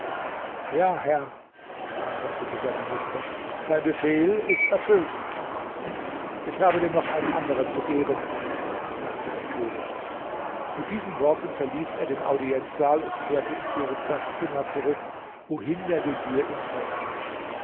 ja herr antwortete der minister dein befehl ist erfüllt ich habe dir noch einen anderen zu geben sagte der könig mit diesen worten verließ er den audienzsaal und kehrte in piruzas zimmer zurück wohin der vezier ihm folgte